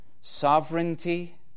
sovereignty